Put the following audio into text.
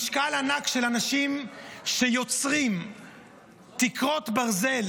זה המשקל הענק של אנשים שיוצרים תקרות ברזל